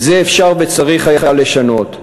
את זה אפשר וצריך היה לשנות,